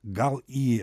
gal į